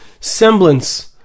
semblance